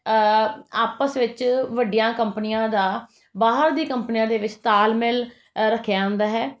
ਆਪਸ ਵਿੱਚ ਵੱਡੀਆਂ ਕੰਪਨੀਆਂ ਦਾ ਬਾਹਰ ਦੀ ਕੰਪਨੀਆਂ ਦੇ ਵਿੱਚ ਤਾਲਮੇਲ ਰੱਖਿਆ ਹੁੰਦਾ ਹੈ